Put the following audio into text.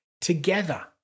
together